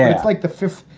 it's like the fifth.